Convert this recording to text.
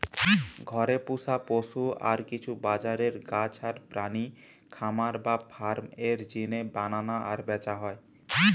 ঘরে পুশা পশু আর কিছু বাজারের গাছ আর প্রাণী খামার বা ফার্ম এর জিনে বানানা আর ব্যাচা হয়